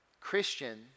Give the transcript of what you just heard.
Christian